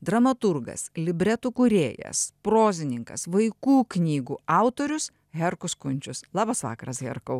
dramaturgas libretų kūrėjas prozininkas vaikų knygų autorius herkus kunčius labas vakaras herkau